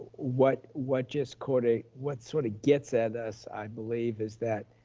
what what just caught a, what sort of gets at us i believe is that,